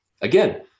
again